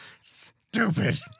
Stupid